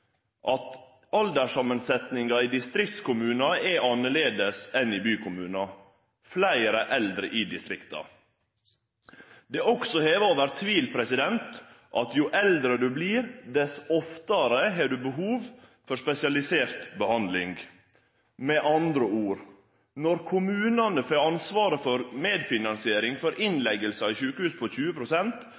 at alderssamansetjinga i distriktskommunar er annleis enn i bykommunar. Det er fleire eldre i distrikta. Det er også heva over tvil at jo eldre ein blir, dess oftare har ein behov for spesialisert behandling. Med andre ord: Når kommunane får ansvaret for medfinansiering for innlegging på sjukehus på